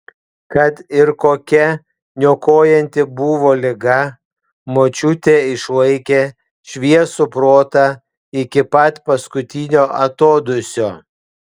kad ir kokia niokojanti buvo liga močiutė išlaikė šviesų protą iki pat paskutinio atodūsio